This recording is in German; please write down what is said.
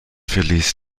verließ